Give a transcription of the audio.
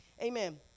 Amen